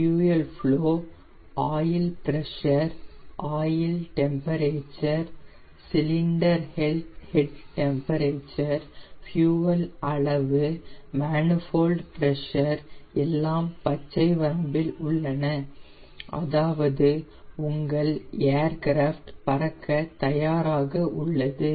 fuel flow oil pressure oil temperature cylinder head temperature fuel அளவு manifold pressure எல்லாம் பச்சை வரம்பில் உள்ளன அதாவது உங்கள் ஏர்கிராஃப்ட் பறக்க தயாராக உள்ளது